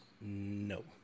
No